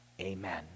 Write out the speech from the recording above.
Amen